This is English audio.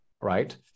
right